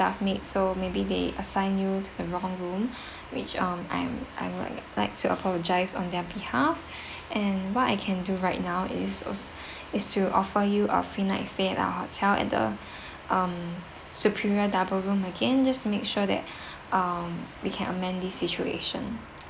staff made so maybe they assign you to the wrong room which um I'm I'm like like to apologise on their behalf and what I can do right now is is to offer you a free night stay at our hotel at the um superior double room again just to make sure that um we can amend this situation